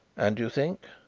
and you think?